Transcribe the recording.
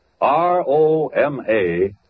R-O-M-A